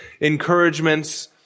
encouragements